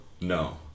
No